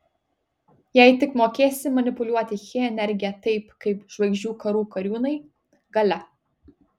jei tik mokėsi manipuliuoti chi energija taip kaip žvaigždžių karų kariūnai galia